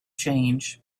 change